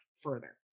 further